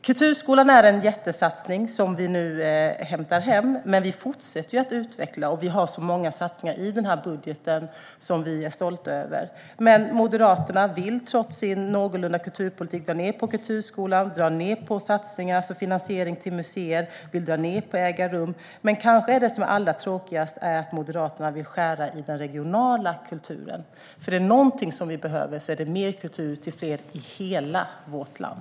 Kulturskolan är en jättesatsning som vi nu hämtar hem, men vi fortsätter att utveckla den, och vi har många satsningar i den här budgeten som vi är stolta över. Men Moderaterna vill, trots sin någorlunda rimliga kulturpolitik, dra ned på kulturskolan, på satsningar som finansiering till museer och på Äga rum. Men det som kanske är allra tråkigast är att Moderaterna vill skära i den regionala kulturen. Är det någonting vi behöver så är det mer kultur till fler i hela vårt land.